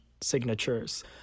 signatures